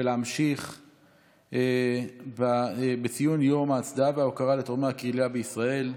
ולהמשיך בציון יום ההצדעה וההוקרה לתורמי הכליה בישראל,